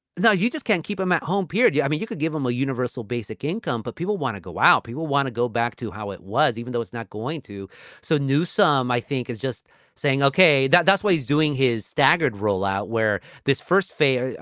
you just can't keep them at home pierde. you. i mean, you could give them a universal basic income. but people want to go out. he will want to go back to how it was, even though it's not going to so new. some, i think, is just saying, okay, that that's why he's doing his daggered rollout where this first phase.